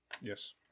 Yes